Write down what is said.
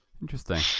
Interesting